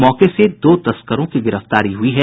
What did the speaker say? मौके से दो तस्करों की गिरफ्तारी हुई है